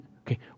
Okay